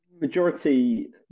majority